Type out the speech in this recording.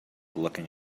looking